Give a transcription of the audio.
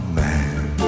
man